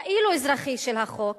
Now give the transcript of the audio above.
כאילו אזרחי של החוק,